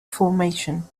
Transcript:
formation